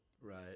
Right